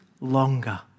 longer